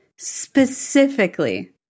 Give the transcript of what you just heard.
specifically